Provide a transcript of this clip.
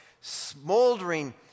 smoldering